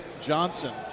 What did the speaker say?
Johnson